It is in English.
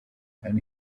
and